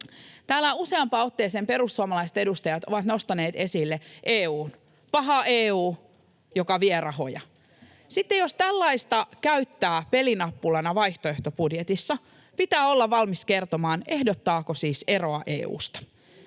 Täällä useampaan otteeseen perussuomalaiset edustajat ovat nostaneet esille EU:n — paha EU, joka vie rahoja. Sitten jos tällaista käyttää pelinappulana vaihtoehtobudjetissa, pitää olla valmis kertomaan, ehdottaako siis eroa EU:sta.